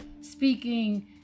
speaking